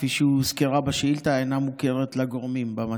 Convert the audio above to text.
כפי שהוזכרה בשאילתה אינה מוכרת לגורמים במתפ"ש.